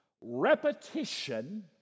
repetition